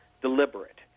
deliberate